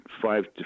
five